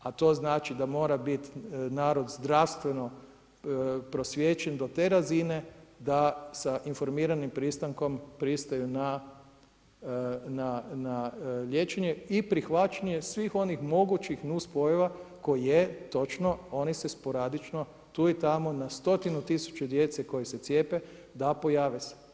A to znači da mora biti narod zdravstveno prosvjećen do te razine da sa informiranim pristankom pristaju na liječenje i prihvaćenje svih onih mogućih nuspojava koje je točno oni se sporadično tu i tamo na stotinu tisuća djece koja se cijepe da pojave se.